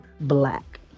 black